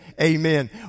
Amen